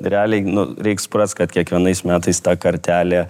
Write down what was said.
realiai nu reik suprast kad kiekvienais metais ta kartelė